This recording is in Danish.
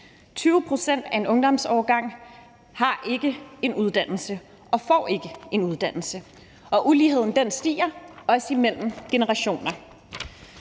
20 pct. af en ungdomsårgang har ikke en uddannelse og får ikke en uddannelse, og uligheden stiger, også imellem generationer.